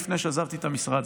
לפני שעזבתי את המשרד,